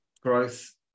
growth